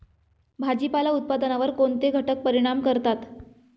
भाजीपाला उत्पादनावर कोणते घटक परिणाम करतात?